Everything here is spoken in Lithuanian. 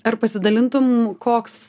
ar pasidalintum koks